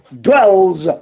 dwells